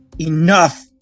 Enough